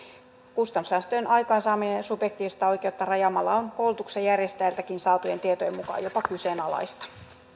kustannussäästöjen aikaansaaminen subjektiivista oikeutta rajaamalla on koulutuksenjärjestäjältäkin saatujen tietojen mukaan jopa kyseenalaista